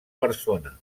persona